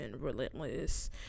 relentless